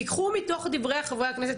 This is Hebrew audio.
תקחו מתוך דברי חברי הכנסת,